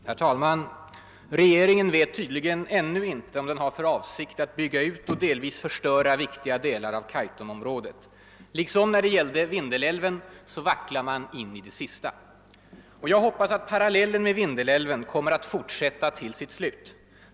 Herr talman! Regeringen vet tydligen ännu inte om den har för avsikt att bygga ut och delvis förstöra viktiga delar av Kaitumområdet. Liksom när det gällde Vindelälven så vacklar man in i det sista. Jag hoppas att parallellen med Vindelälven kommer att fortsätta till sitt slut.